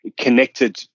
connected